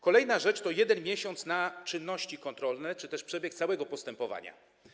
Kolejna rzecz to 1 miesiąc na czynności kontrolne czy też przebieg całego postępowania.